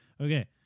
Okay